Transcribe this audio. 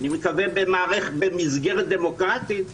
אני מקווה במסגרת דמוקרטית,